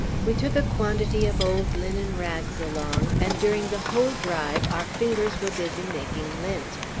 we took a quantity of old linen rags along, and during the whole drive, our fingers were busy making lint.